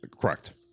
correct